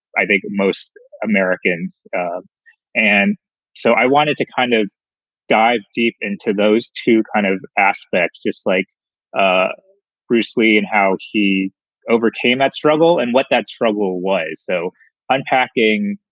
i think most americans and so i wanted to kind of dive deep into those two kind of aspects, just like ah bruce lee and how he overcame that struggle and what that struggle was. so i'm packing,